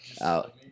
out